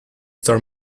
store